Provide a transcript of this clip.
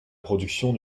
production